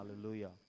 Hallelujah